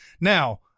Now